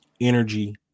energy